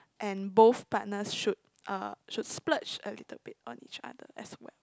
and both partners should uh should splurge a little bit on each other as and when